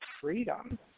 freedom